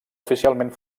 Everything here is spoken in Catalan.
oficialment